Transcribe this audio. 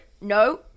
No